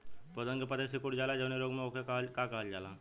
पौधन के पतयी सीकुड़ जाला जवने रोग में वोके का कहल जाला?